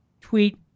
tweet